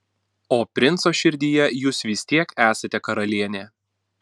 o princo širdyje jūs vis tiek esate karalienė